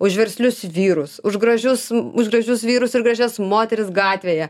už verslius vyrus už gražius už gražius vyrus ir gražias moteris gatvėje